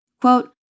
Quote